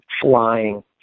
flying